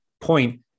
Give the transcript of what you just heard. point